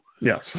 Yes